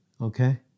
Okay